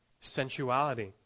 sensuality